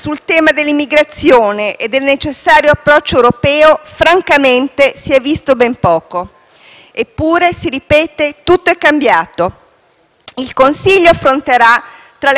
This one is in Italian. Eppure si ripete che tutto è cambiato. Il Consiglio affronterà, tra le tante questioni - dalla Brexit al tema dei cambiamenti climatici - il nodo dell'economia.